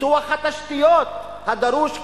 פיתוח התשתיות הדרוש,